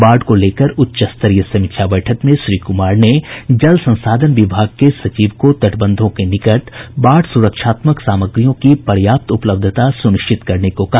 बाढ़ को लेकर उच्च स्तरीय समीक्षा बैठक में श्री कुमार ने जल संसाधन विभाग के सचिव को तटबंधों के निकट बाढ़ सुरक्षात्मक सामग्रियों की पर्याप्त उपलब्धता सुनिश्चित करने को कहा